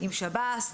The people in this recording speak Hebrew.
עם שב"ס,